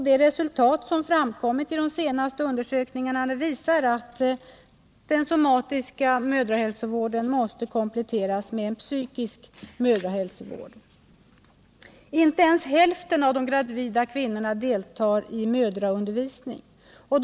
De resultat som framkommit i de senaste undersökningarna visar att den somatiska mödrahälsovården måste kompletteras med en psykisk mödrahälsovård. Inte ens hälften av de gravida kvinnorna deltar i mödraundervisningen.